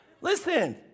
Listen